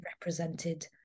represented